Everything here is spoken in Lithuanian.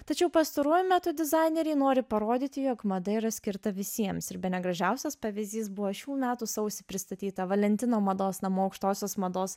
tačiau pastaruoju metu dizaineriai nori parodyti jog mada yra skirta visiems ir bene gražiausias pavyzdys buvo šių metų sausį pristatyta valentino mados namų aukštosios mados